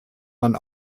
man